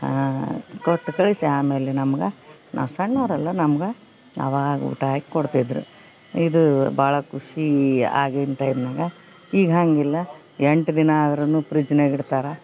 ಕೊಟ್ಟು ಕಳಿಸಿ ಆಮೇಲೆ ನಮ್ಗ ನಾವು ಸಣ್ಣೋರ ಅಲ್ಲ ನಮ್ಗ ಅವಾಗ ಹಾಕಿ ಕೊಡ್ತಿದ್ದರು ಇದು ಭಾಳ ಖುಷಿ ಆಗಿಂದ ಟೈಮ್ನಾಗ ಈಗ ಹಾಗಿಲ್ಲ ಎಂಟು ದಿನ ಆದರೂನು ಫ್ರಿಡ್ಜ್ನ್ಯಾಗ ಇಡ್ತಾರೆ